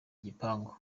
igipangu